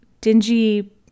dingy